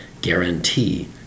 guarantee